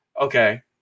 okay